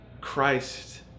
Christ